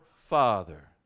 Father